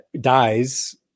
dies